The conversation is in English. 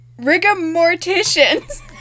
Rigamorticians